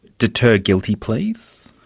deter guilty pleas?